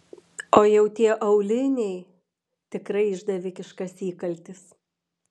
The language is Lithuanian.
o jau tie auliniai tikrai išdavikiškas įkaltis